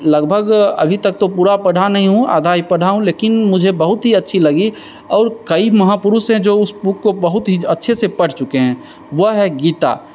लगभग अभी तक तो पूरा पढ़ा नही हूँ आधा ही पढ़ा हूँ लेकिन मुझे बहुत ही अच्छी लगी और कई महापुरुष हैं जो उस बुक को बहुत ही अच्छे से पढ़ चुके हैं वह है गीता